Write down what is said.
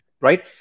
right